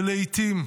ולעיתים,